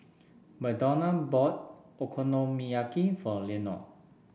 Madonna bought Okonomiyaki for Leonor